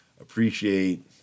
appreciate